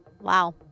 wow